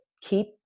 keep